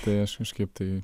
tai aš kažkaip tai